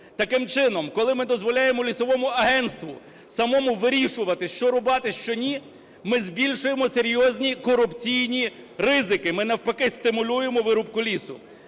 Таким чином, коли ми дозволяємо Лісовому агентству самому вирішувати, що рубати, що ні, ми збільшуємо серйозні корупційні ризики, ми навпаки стимулюємо вирубку лісу.